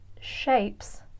shapes